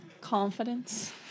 Confidence